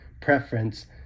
preference